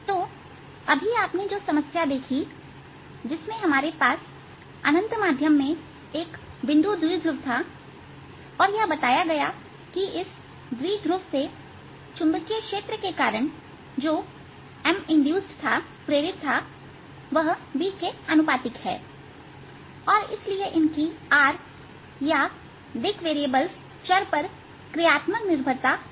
तो अभी आपने जो समस्या देखी जिसमें हमारे पास अनंत माध्यम में एक बिंदु द्विध्रुव था और यह बताया गया कि इस द्विध्रुव से चुंबकीय क्षेत्र के कारण जो Minducedथा वह B के अनुपातिक है और इसलिए इनकी r या दिक चर पर क्रियात्मक निर्भरता समान थी